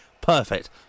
perfect